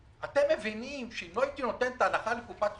אתם מבינים שאם לא הייתי נותן את ההנחה לקופת חולים,